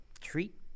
treat